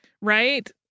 Right